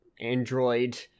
android